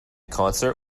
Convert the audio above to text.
concert